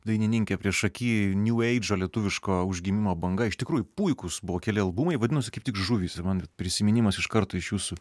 dainininkė priešaky niū eidžo lietuviško užgimimo banga iš tikrųjų puikūs buvo keli albumai vadinosi kaip tik žuvys ir man vat prisiminimas iš karto iš jūsų